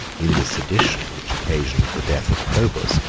in the sedition which occasioned the death of probus,